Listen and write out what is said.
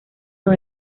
con